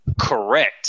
correct